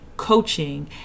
Coaching